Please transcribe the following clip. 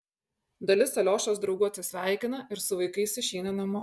dalis aliošos draugų atsisveikina ir su vaikais išeina namo